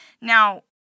Now